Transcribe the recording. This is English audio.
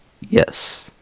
Yes